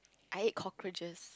I ate cockroaches